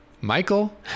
Michael